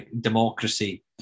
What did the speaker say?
democracy